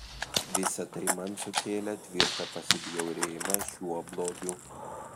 visa tai man sukėlė tvirtą pasibjaurėjimą šiuo blogiu